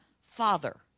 Father